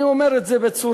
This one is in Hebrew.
אני אומר את זה בצורה,